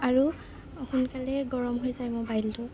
আৰু সোনকালে গৰম হৈ যায় মোবাইলটো